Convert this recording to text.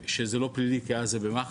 ושזה לא פלילי, כי אז זה במח"ש.